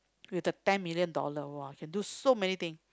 with the ten million dollars !wah! can do many things